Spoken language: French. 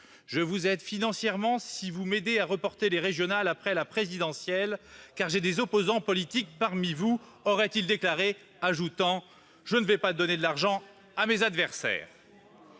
Je vous aide financièrement si vous m'aidez à reporter les régionales après la présidentielle, car j'ai des opposants politiques parmi vous. Je ne vais pas donner de l'argent à mes adversaires,